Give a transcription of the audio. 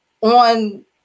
on